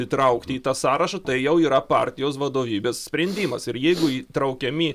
įtraukti į tą sąrašą tai jau yra partijos vadovybės sprendimas ir jeigu įtraukiami